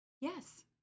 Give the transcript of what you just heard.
Yes